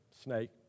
snake